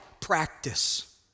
practice